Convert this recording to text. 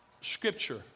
Scripture